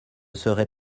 serait